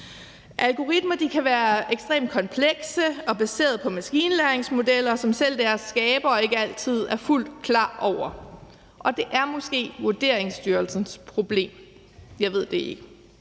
Algoritmer kan være ekstremt komplekse og baseret på maskinlæringsmodeller, som selv deres skabere ikke altid er fuldt klar over, og det er måske Vurderingstyrelsens problem – jeg ved det ikke.